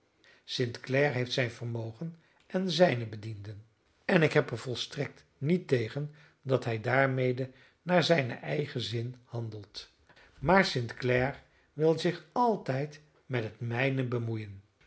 clare heeft zijn vermogen en zijne bedienden en ik heb er volstrekt niet tegen dat hij daarmede naar zijnen eigen zin handelt maar st clare wil zich altijd met het mijne bemoeien